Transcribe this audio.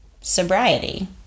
sobriety